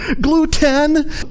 gluten